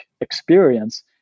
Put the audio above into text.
experience